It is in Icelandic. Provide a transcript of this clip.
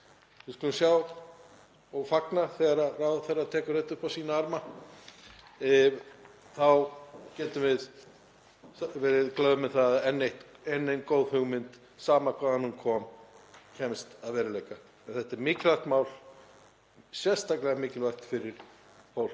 Við skulum sjá og fagna þegar ráðherra tekur þetta upp á sína arma. Þá getum við verið glöð með það að enn ein góð hugmynd, sama hvaðan hún kom, verði að veruleika. Og þetta er mikilvægt mál, sérstaklega mikilvægt fyrir fólk